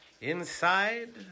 Inside